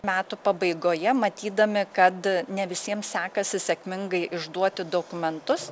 metų pabaigoje matydami kad ne visiems sekasi sėkmingai išduoti dokumentus